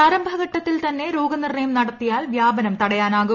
പ്രാരംഭഘട്ടത്തിൽ തന്നെ രോഗനിർണയം നടത്തിയാൽ വ്യാപനം തടയാനാകും